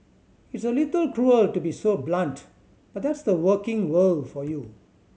it's a little cruel to be so blunt but that's the working world for you